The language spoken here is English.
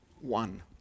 One